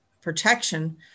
protection